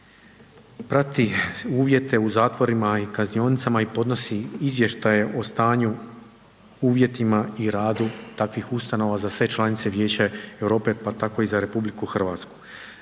prati uvjete u zatvorima i kaznionicama i podnosi izvještaje o stanju o uvjetima i radu takvih ustanova za sve članice Vijeća Europe pa tako i za RH.